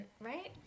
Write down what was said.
Right